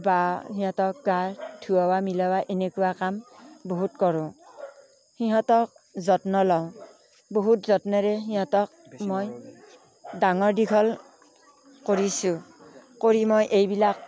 বা সিহঁতক গা ধুওৱা মেলুৱা এনেকুৱা কাম বহুত কৰোঁ সিহঁতক যত্ন লওঁ বহুত যত্নেৰে সিহঁতক মই ডাঙৰ দীঘল কৰিছোঁ কৰি মই এইবিলাক